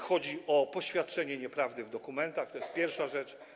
Chodzi o poświadczenie nieprawdy w dokumentach - to jest pierwsza rzecz.